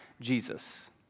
Jesus